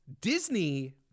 disney